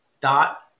dot